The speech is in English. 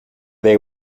they